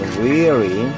weary